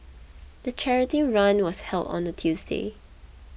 the charity run was held on a Tuesday